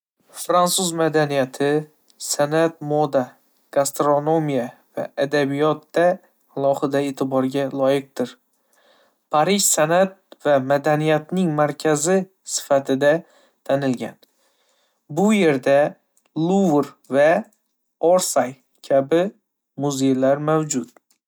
Fransuz madaniyati san'at, moda, gastronomiya va adabiyotda alohida e'tiborga loyiqdir. Parij, san'at va madaniyatning markazi sifatida tanilgan, bu yerda Luvr va Orsay kabi muzeylar mavjud.